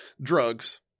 drugs